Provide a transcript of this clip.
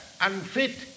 unfit